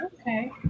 okay